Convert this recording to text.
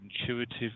intuitive